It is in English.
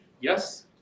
Yes